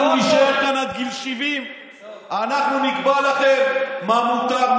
אנחנו נישאר כאן עד גיל 70 ואנחנו נקבע לכם מה מותר,